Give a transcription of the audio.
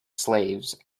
slaves